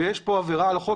ויש פה עבירה על החוק,